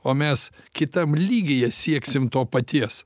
o mes kitam lygyje sieksim to paties